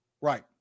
right